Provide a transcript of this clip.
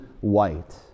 white